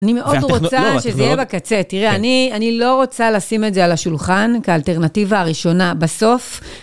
אני מאוד רוצה שזה יהיה בקצה, תראה, אני לא רוצה לשים את זה על השולחן כאלטרנטיבה הראשונה בסוף.